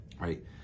right